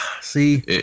see